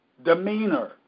demeanor